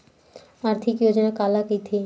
आर्थिक योजना काला कइथे?